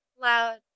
loud